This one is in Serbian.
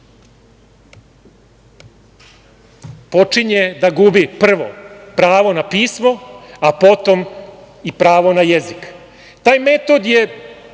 počinje da gubi, prvo, pravo na pismo, a potom i pravo na jezik. Taj metod je